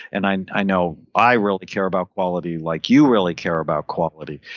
and i i know, i really care about quality like you really care about quality.